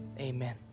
amen